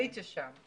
הייתי שם.